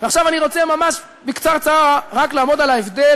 ועכשיו אני רוצה ממש בקצרצרה רק לעמוד על ההבדל